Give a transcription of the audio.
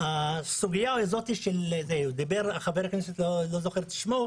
הסוגיה הזאת דיבר חבר הכנסת שאיני זוכר את שמו,